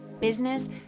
business